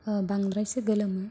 बांद्रायसो गोलोमो